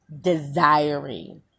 desiring